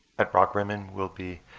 at rockrimmon we'll be